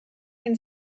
can